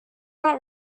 not